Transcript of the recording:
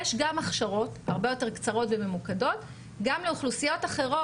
יש גם הכשרות הרבה יותר קצרות וממוקדות גם לא לאוכלוסיות אחרת.